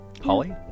Holly